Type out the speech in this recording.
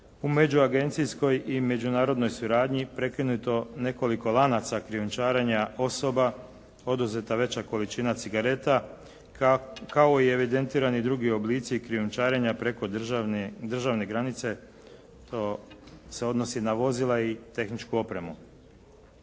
u međuagencijskoj i međunarodnoj suradnji prekinuto nekoliko lanaca krijumčarenja osoba, oduzeta veća količina cigareta kao i evidentirani drugi oblici krijumčarenja preko državne granice se odnosi na vozila i tehničku opremu.